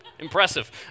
Impressive